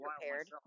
prepared